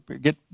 get